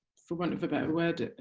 for want of a better word,